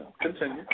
Continue